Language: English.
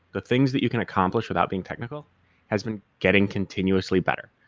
the things that you can accomplish without being technical has been getting continuously better.